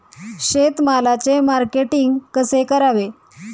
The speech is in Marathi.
शेतमालाचे मार्केटिंग कसे करावे?